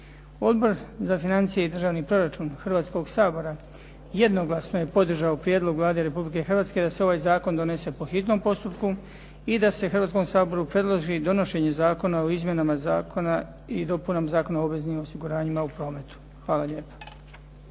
Odbor za financije i državni proračun Hrvatskog sabora jednoglasno je podržao prijedlog Vlade Republike Hrvatske da se ovaj zakon donese po hitnom postupku i da se Hrvatskom saboru predloži donošenje Zakona o izmjenama i dopunama Zakona o obveznim osiguranjima u prometu. Hvala lijepa.